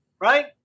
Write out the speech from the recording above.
right